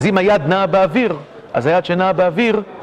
אז אם היד נעה באוויר, אז היד שנעה באוויר